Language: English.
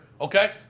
okay